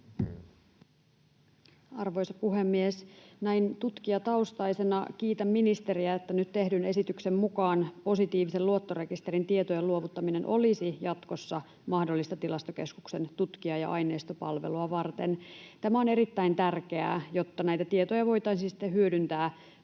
Arvoisa puhemies! Näin tutkijataustaisena kiitän ministeriä, että nyt tehdyn esityksen mukaan positiivisen luottorekisterin tietojen luovuttaminen olisi jatkossa mahdollista Tilastokeskuksen tutkija- ja aineistopalvelua varten. Tämä on erittäin tärkeää, jotta näitä tietoja voitaisiin sitten hyödyntää